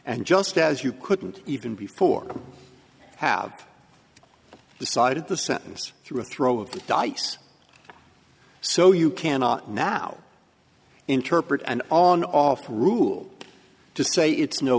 and just as you couldn't even before have decided the sentence through a throw of the dice so you cannot now interpret and on oft rule to say it's no